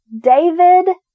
David